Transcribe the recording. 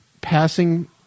passing